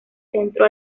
centro